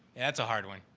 that's a hard one.